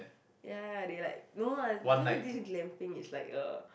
ya they like no lah those this glamping is like a